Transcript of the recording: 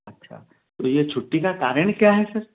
अच्छा तो ये छुट्टी का कारण क्या है फिर